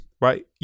right